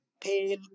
pale